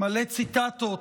מלא ציטטות,